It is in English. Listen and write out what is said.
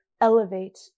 elevate